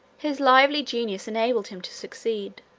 his lively genius enabled him to succeed